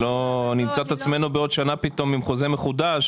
שלא נמצא את עצמנו בעוד שנה פתאום עם חוזה מחודש,